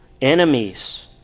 enemies